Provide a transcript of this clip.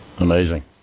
Amazing